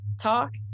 talk